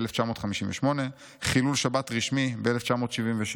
(ב-1958), חילול שבת רשמי (ב-1976)"